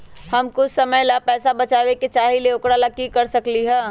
हम कुछ समय ला पैसा बचाबे के चाहईले ओकरा ला की कर सकली ह?